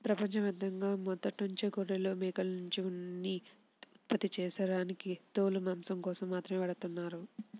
ప్రపంచ యాప్తంగా మొదట్నుంచే గొర్రెలు, మేకల్నుంచి ఉన్ని ఉత్పత్తి చేయడానికి తోలు, మాంసం కోసం మాత్రమే వాడతన్నారు